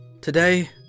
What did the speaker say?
Today